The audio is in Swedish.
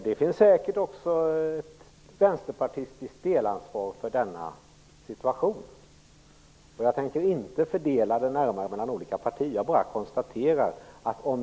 Det finns säkert också ett vänsterpartistiskt delansvar för denna situation, men jag tänker inte fördela det närmare mellan olika partier.